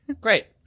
Great